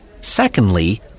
Secondly